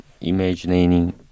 imagining